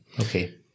Okay